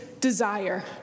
desire